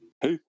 Hey